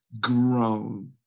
grown